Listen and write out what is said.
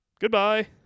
Goodbye